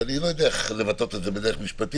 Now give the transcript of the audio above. אני לא יודע איך לבטא את זה בדרך משפטית,